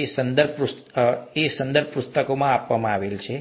આ સંદર્ભ પુસ્તકો છે તેથી તેઓ